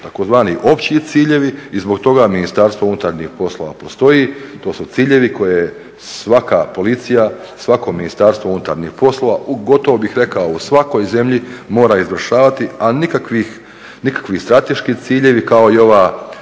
tzv. opći ciljevi i zbog toga MUP postoji. To su ciljevi koje svaka policija, svako ministarstvo unutarnjih poslova u gotovo bih rekao u svakoj zemlji mora izvršavati, a nikakvi strateški ciljevi kao i ova